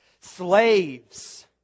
slaves